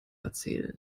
erzählen